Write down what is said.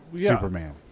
Superman